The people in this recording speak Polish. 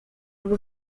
lub